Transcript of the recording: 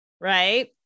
right